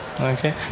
Okay